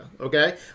okay